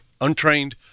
untrained